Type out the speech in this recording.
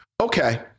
Okay